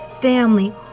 family